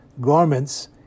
garments